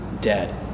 dead